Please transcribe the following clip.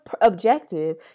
objective